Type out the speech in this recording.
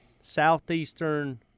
Southeastern